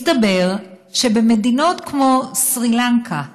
מסתבר שבמדינות כמו סרילנקה,